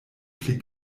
pli